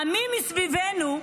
העמים מסביבנו,